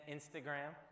Instagram